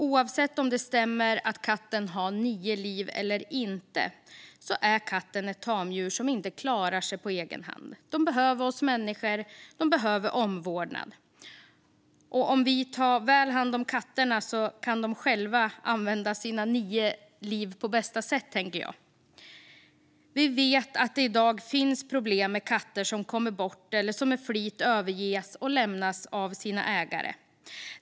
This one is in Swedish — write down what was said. Oavsett om det stämmer att katten har nio liv eller inte är katten ett tamdjur som inte klarar sig på egen hand. Katten behöver oss människor; den behöver omvårdnad. Om vi tar väl hand om katterna kan de själva använda sina nio liv på bästa sätt, tänker jag. Vi vet att det i dag finns problem med katter som kommer bort eller som med flit överges och lämnas av sina ägare.